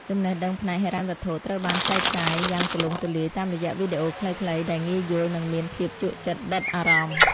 ចំណេះដឹងផ្នែកហិរញ្ញវត្ថុត្រូវបានចែកចាយយ៉ាងទូលំទូលាយតាមរយៈវីដេអូខ្លីៗដែលងាយយល់និងមានភាពជក់ចិត្តដិតអារម្មណ៍។